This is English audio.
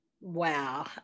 Wow